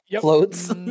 floats